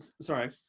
Sorry